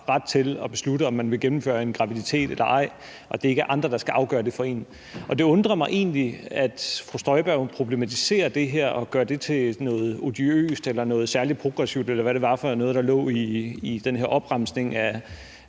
ret til at beslutte, om man vil gennemføre en graviditet eller ej, og at det ikke er andre, der skal afgøre det for en. Det undrer mig egentlig, at fru Inger Støjberg problematiserer det her og gør det til noget odiøst eller noget særlig progressivt, eller hvad det var for noget, der lå i den der opremsning af